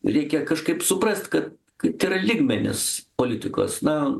reikia kažkaip suprast kad kad yra lygmenys politikos na